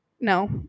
no